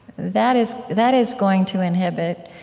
that is that is going to inhibit